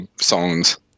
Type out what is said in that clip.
songs